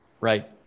Right